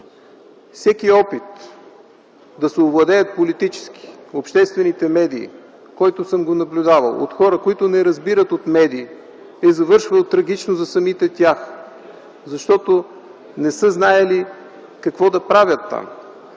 Всеки опит да се овладеят политически обществените медии, който съм наблюдавал, от хора, които не разбират от медии, е завършвал трагично за самите тях, защото не са знаели какво да правят там.